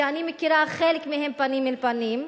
שאני מכירה חלק מהם פנים אל פנים,